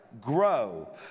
Grow